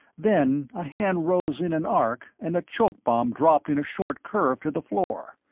then a hand rose in an arc and a choke bomb dropped in a short curve to the floor.